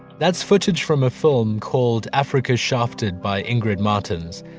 that's footage from a film called, africa shafted by ingrid martens.